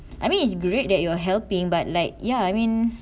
I mean it's great that you're helping but like ya I mean